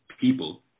people